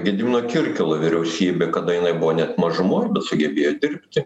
gedimino kirkilo vyriausybę kada jinai buvo net mažumoj bet sugebėjo dirbti